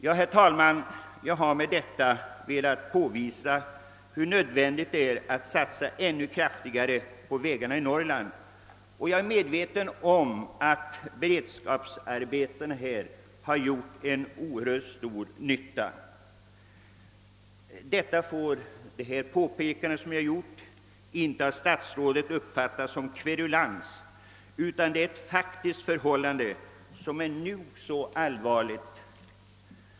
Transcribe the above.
Jag har med detta velat påvisa hur nödvändigt det är att satsa ännu kraftigare på vägarna i Norrland. Jag är medveten om att beredskapsarbetena där har gjort oerhört stor nytta. De påpekanden jag här gjort skall statsrådet inte uppfatta som kverulans; det är faktiska förhållanden som är mycket allvarliga.